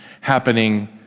happening